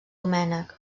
domènec